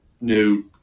new